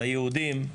ליהודים,